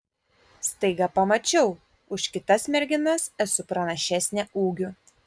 staiga pamačiau už kitas merginas esu pranašesnė ūgiu